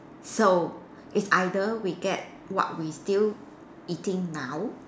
so it's either we get what we still eating now